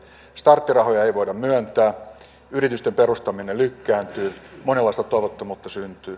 starttirahoja ei voida myöntää yritysten perustaminen lykkääntyy monenlaista toivottomuutta syntyy